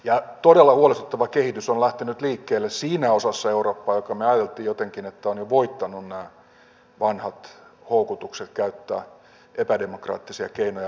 ja todella huolestuttava kehitys on lähtenyt liikkeelle siinä osassa eurooppaa josta me ajattelimme jotenkin että se on jo voittanut nämä vanhat houkutukset käyttää epädemokraattisia keinoja vallankäyttöön